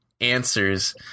answers